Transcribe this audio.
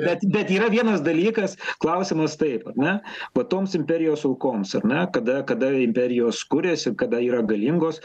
bet bet yra vienas dalykas klausimas taip ar ne va toms imperijos aukoms ar ne kada kada imperijos kuriasi kada yra galingos